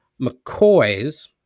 McCoys